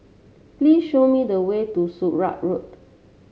please show me the way to Sakra Road